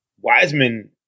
Wiseman